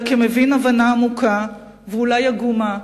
אלא כמבין, הבנה עמוקה, ואולי עגומה,